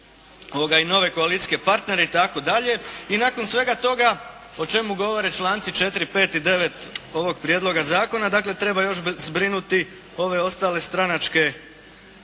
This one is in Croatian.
i nove koalicijske partnere itd., i nakon svega toga o čemu govore članci 4., 5. i 9. ovog Prijedloga zakona dakle, treba još zbrinuti ove ostale stranačke